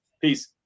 Peace